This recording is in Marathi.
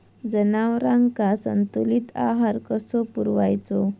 जनावरांका संतुलित आहार कसो पुरवायचो?